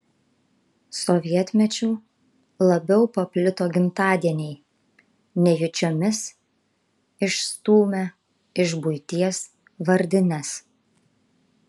sovietmečiu labiau paplito gimtadieniai nejučiomis išstūmę iš buities vardines